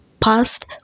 past